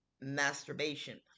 masturbation